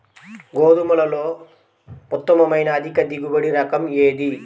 గోధుమలలో ఉత్తమమైన అధిక దిగుబడి రకం ఏది?